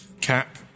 Cap